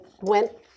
went